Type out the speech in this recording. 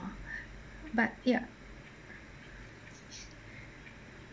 but ya